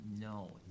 No